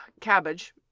cabbage